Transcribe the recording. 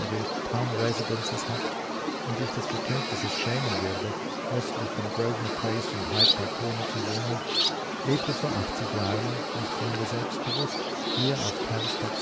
hat und sich des bekenntnisses schämen würde östlich von grosvenor place und hyde park corner zu wohnen lebte vor achtzig jahren nicht minder selbstbewußt hier auf